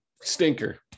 Stinker